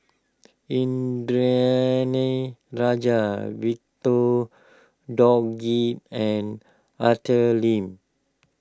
Indranee Rajah Victor Doggett and Arthur Lim